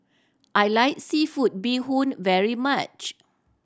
I like seafood bee hoon very much